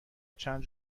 چند